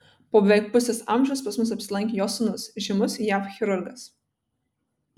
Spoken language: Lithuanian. po beveik pusės amžiaus pas mus apsilankė jo sūnus žymus jav chirurgas